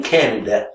Canada